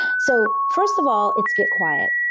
so, first of all, it's get quiet.